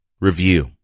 review